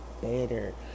better